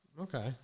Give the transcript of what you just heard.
Okay